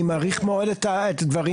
אני מעריך את הדברים.